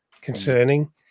concerning